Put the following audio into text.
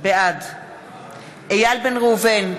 בעד איל בן ראובן,